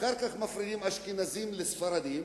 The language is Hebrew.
אחר כך מפרידים אשכנזים מספרדים,